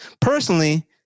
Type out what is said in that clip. Personally